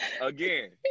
again